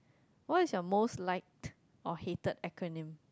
what is your most liked or hated acronym